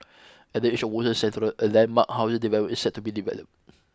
at the edge of Woodlands a landmark housing development is set to be developed